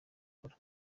ikora